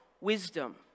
wisdom